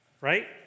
right